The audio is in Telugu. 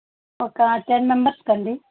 ఒక టెన్ మెంబర్స్కి అండి